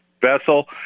vessel